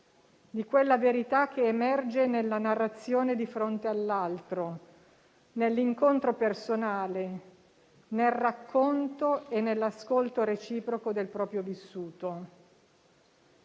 di quella verità che emerge nella narrazione di fronte all'altro, nell'incontro personale, nel racconto e nell'ascolto reciproco del proprio vissuto.